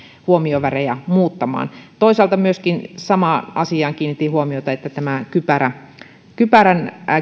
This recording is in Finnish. huomiovärejä muuttamaan toisaalta myöskin samaan asiaan kiinnitin huomiota että vaikka kypärän